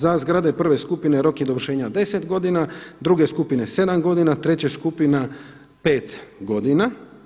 Za zgrade prve skupine rok je dovršenja 10 godina, druge skupine 7 godina, treća skupina 5 godina.